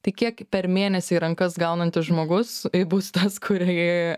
tai kiek per mėnesį į rankas gaunantis žmogus bus tas kurį